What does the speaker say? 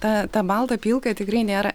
ta ta balta pilka tikrai nėra